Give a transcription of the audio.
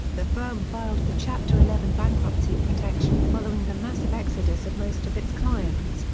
the firm filed for chapter eleven bankruptcy protection following the massive exodus of most of its clients,